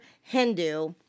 Hindu